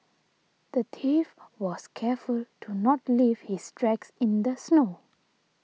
the thief was careful to not leave his tracks in the snow